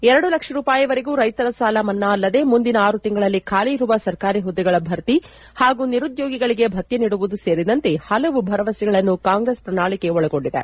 ಎರಡು ಲಕ್ಷ ರೂಪಾಯಿವರೆಗೂ ರೈತರ ಸಾಲ ಮನ್ನಾವಲ್ಲದೆ ಮುಂದಿನ ಆರು ತಿಂಗಳಲ್ಲಿ ಖಾಲಿ ಇರುವ ಸರ್ಕಾರಿ ಹುದ್ದೆಗಳ ಭರ್ತಿ ಹಾಗೂ ನಿರುದ್ದೋಗಿಗಳಿಗೆ ಭಕ್ತೆ ನೀಡುವುದು ಸೇರಿದಂತೆ ಪಲವು ಭರವಸೆಗಳನ್ನು ಕಾಂಗ್ರೆಸ್ ಪ್ರಣಾಳಿಕೆಗಳನ್ನು ಒಳಗೊಂಡಿದೆ